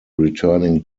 returning